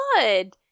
good